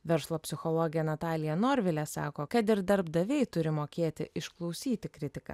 verslo psichologė natalija norvilė sako kad ir darbdaviai turi mokėti išklausyti kritiką